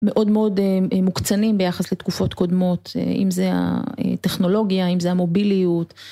מאוד מאוד מוקצנים ביחס לתקופות קודמות, אם זה הטכנולוגיה, אם זה המוביליות.